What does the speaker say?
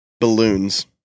Balloons